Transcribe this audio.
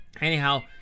anyhow